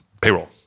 payroll